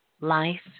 life